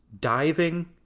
diving